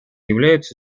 являются